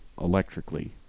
electrically